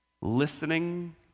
listening